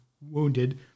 wounded